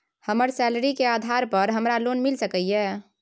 हमर सैलरी के आधार पर हमरा लोन मिल सके ये?